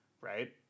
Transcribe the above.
right